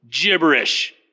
Gibberish